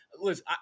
listen